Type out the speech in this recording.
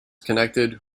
connected